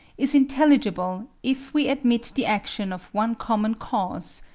is intelligible if we admit the action of one common cause,